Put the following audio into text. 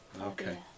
Okay